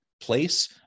place